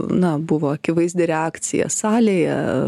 na buvo akivaizdi reakcija salėje